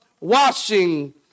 washing